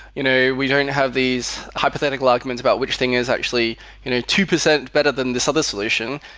you know we going to have these hypothetical arguments about which thing is actually you know two percent better than this other solution.